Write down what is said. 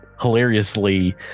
hilariously